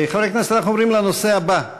חברי הכנסת, אנחנו עוברים לנושא הבא.